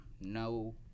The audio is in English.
No